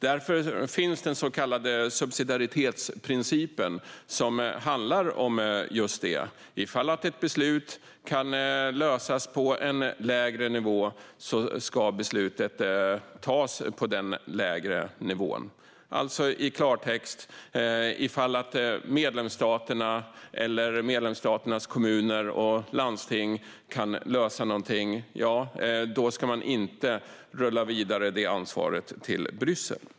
Därför finns den så kallade subsidiaritetsprincipen, som handlar om just detta. Om ett beslut kan fattas på en lägre nivå ska beslutet också fattas på den lägre nivån. I klartext: Om medlemsstaterna eller medlemsstaternas kommuner och landsting kan lösa någonting ska man inte rulla detta ansvar vidare till Bryssel.